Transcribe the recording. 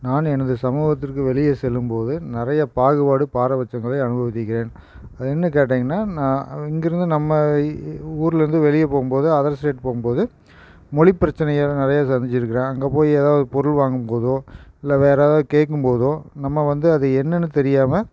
நான் எனது சமூகத்திற்கு வெளியே செல்லும் போது நிறைய பாகுபாடு பாரபட்சங்களை அனுபவித்திருக்கிறேன் அது என்ன கேட்டீங்கன்னால் நான் இங்கிருந்து நம்ம ஊரிலேருந்து வெளியே போகும்போது அதர்ஸ் ஸ்டேட் போகும்போது மொழி பிரச்சனைகள் நிறைய சந்தித்திருக்கிறேன் அங்கே போய் ஏதாவது பொருள் வாங்கும் போதோ இல்லை வேற ஏதாவது கேட்கும் போதோ நம்ம வந்து அது என்னனு தெரியாமல்